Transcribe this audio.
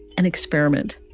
an experiment.